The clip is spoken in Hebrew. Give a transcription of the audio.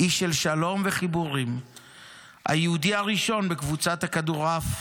מנהל הפאב הקהילתי בקיבוץ,